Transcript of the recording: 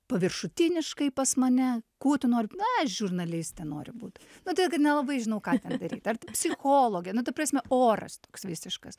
paviršutiniškai pas mane kuo tu nori na žurnalistė nori būti matyt kad nelabai žinau ką ten daryti art psichologe nu ta prasme oras toks visiškas